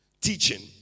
teaching